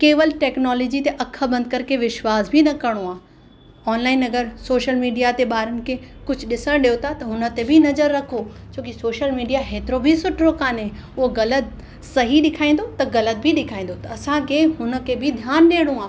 केवल टेक्नोलोजी ते अख बंदि करके विश्वास बि न करणो आ ऑनलाइन अगर सोशल मीडिया ते ॿारन खे कुछ ॾिसण ॾियो ता त हुन ते बि नज़र रखो छो की सोशल मीडिया हेतिरो बि सुठो कोन्हे उहो ग़लति सही ॾिखाईंदो त ग़लति बि ॾिखाईंदो त असांखे हुन खे बि ध्यान ॾियणो आहे